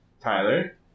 Tyler